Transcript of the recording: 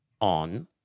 on